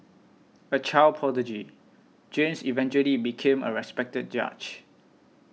a child prodigy James eventually became a respected judge